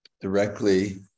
directly